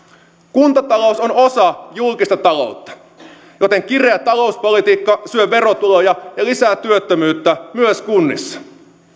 kuntatalous on osa julkista taloutta joten kireä talouspolitiikka syö verotuloja ja lisää työttömyyttä myös kunnissa